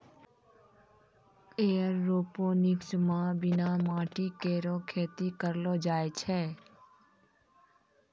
aeroponics म बिना माटी केरो खेती करलो जाय छै